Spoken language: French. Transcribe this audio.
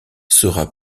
sera